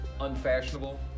unfashionable